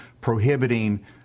prohibiting